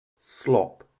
slop